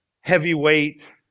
heavyweight